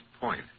Point